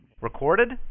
Recorded